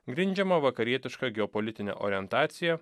grindžiamą vakarietiška geopolitine orientacija